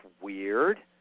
weird